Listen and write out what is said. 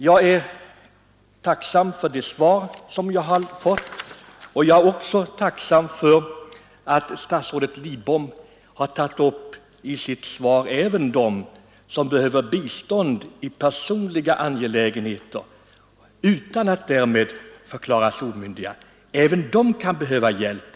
Jag är tacksam för det svar jag har fått, och jag är också tacksam för att statsrådet Lidbom i sitt svar tagit upp problemen för dem som behöver bistånd i personliga angelägenheter utan att därmed förklaras omyndiga. Även dessa människor kan behöva hjälp.